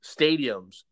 Stadiums